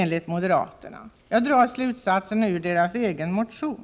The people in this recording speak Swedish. Jag drar den slutsatsen av deras egen motion.